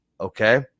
okay